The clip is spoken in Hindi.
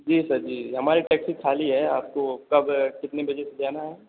जी सर जी हमारी टैक्सी खाली है आपको कब कितने बजे से जाना है